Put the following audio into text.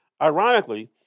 Ironically